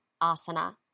asana